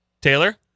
Taylor